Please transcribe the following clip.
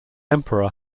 emperor